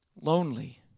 lonely